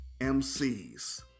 MCs